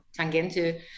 tangente